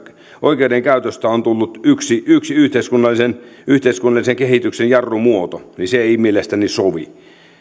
oikeudenkäytöstä on tullut yksi yksi yhteiskunnallisen yhteiskunnallisen kehityksen jarrumuoto ei mielestäni sovi